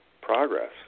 progress